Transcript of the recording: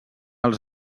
els